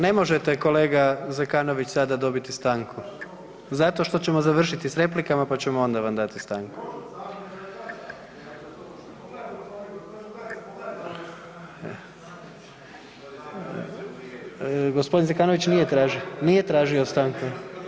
Ne možete kolega Zekanović sada dobiti stanku zato što ćemo završiti s replikama pa ćemo onda vam dati stanku. … [[Upadica se ne razumije.]] gospodin Zekanović nije tražio stanku?